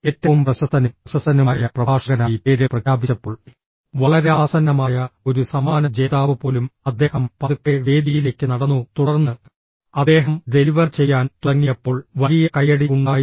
ഏറ്റവും പ്രശസ്തനും പ്രശസ്തനുമായ പ്രഭാഷകനായി പേര് പ്രഖ്യാപിച്ചപ്പോൾ വളരെ ആസന്നമായ ഒരു സമ്മാന ജേതാവ് പോലും അദ്ദേഹം പതുക്കെ വേദിയിലേക്ക് നടന്നു തുടർന്ന് അദ്ദേഹം ഡെലിവറി ചെയ്യാൻ തുടങ്ങിയപ്പോൾ വലിയ കയ്യടി ഉണ്ടായിരുന്നു